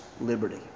liberty